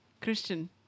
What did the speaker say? Christian